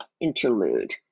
interlude